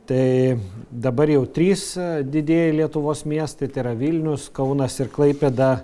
tai dabar jau trys didieji lietuvos miestai tėra vilnius kaunas ir klaipėda